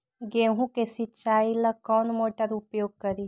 गेंहू के सिंचाई ला कौन मोटर उपयोग करी?